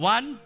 One